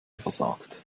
versagt